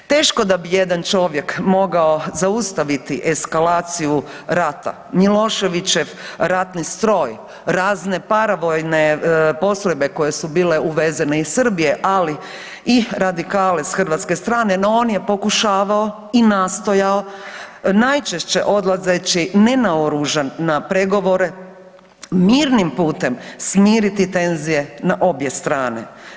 Teško da bi jedan čovjek mogao zaustaviti eskalaciju rata, Miloševićev ratni stroj, razne paravojne postrojbe koje su bile uvezene iz Srbije ali i radikale s hrvatske strane, no on je pokušavao i nastojao najčešće odlazeći nenaoružan na pregovore, mirnim putem smiriti tenzije na obje strane.